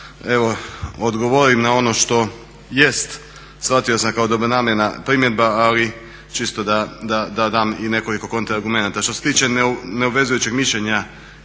odgovorim na ono što jest, shvatio sam kao dobronamjerna primjedba ali čisto da dam i nekoliko kontra argumenata. Što se tiče neobvezujućeg mišljenja